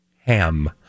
Ham